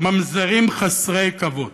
"ממזרים חסרי כבוד".